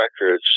records